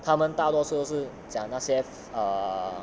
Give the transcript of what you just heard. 他们大多数是讲那些: da men da duo shu shi jiang na xie err